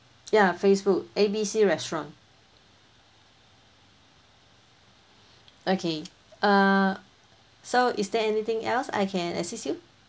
ya facebook A B C restaurant okay err so is there anything else I can assist you